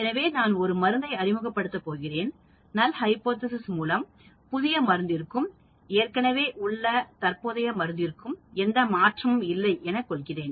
எனவே நான் ஒரு மருந்தை அறிமுகப்படுத்தப் போகிறேன் என்றால் நல் ஹைபோதேசிஸ் மூலம் புதிய மருந்திற்கும் ஏற்கனவே உள்ள தற்போதைய மருந்திற்கும் எந்த மாற்றமும் இல்லை என கொள்கிறேன்